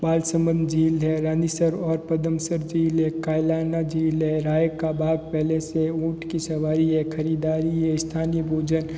बालसमंद झील है रानीसर और पद्मसर झील है कायलाना झील है राय का बाग़ पैलेस है ऊंट की सवारी है ख़रीदारी है स्थानीय भोजन